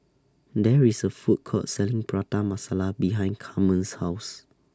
There IS A Food Court Selling Prata Masala behind Carmen's House